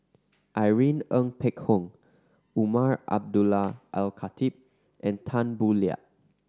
Irene Ng Phek Hoong Umar Abdullah Al Khatib and Tan Boo Liat